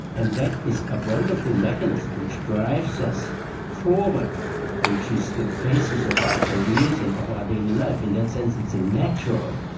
and that is a wonderful mechanism which drives us forward which is the basis of our careers and of our daily life. in that sense it's a natural,